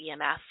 EMF